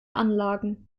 anlagen